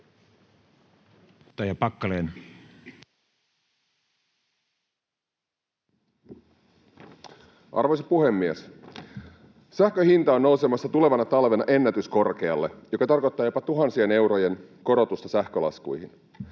Arvoisa puhemies! Sähkön hinta on nousemassa tulevana talvena ennätyskorkealle, mikä tarkoittaa jopa tuhansien eurojen korotusta sähkölaskuihin.